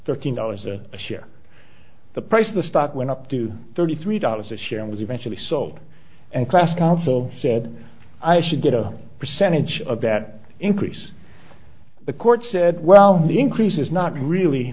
thirteen dollars a share the price of the stock went up to thirty three dollars a share and was eventually sold and class council said i should get a percentage of that increase the court said well the increase is not really